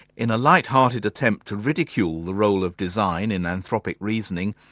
in a light hearted attempt to ridicule the role of design in anthropic reasoning,